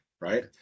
right